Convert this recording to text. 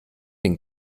den